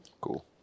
Cool